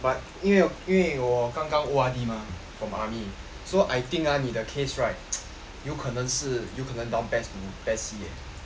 but 因为因为我刚刚 O_R_D mah from army so I think ah 你的 case right 有可能是有可能 down PES to PES C eh